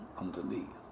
underneath